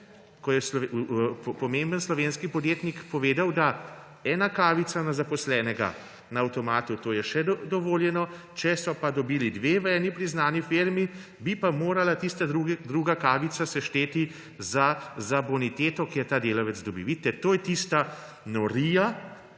ko je pomemben slovenski podjetnik povedal, da ena kavica na zaposlenega na avtomatu, to je še dovoljeno, če so pa dobili dve v eni priznani firmi, bi pa morala tista druga kavica se šteti za boniteto, ki je ta delavec dobi. Vidite, to je tista norija